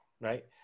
right